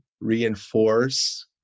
reinforce